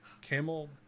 camel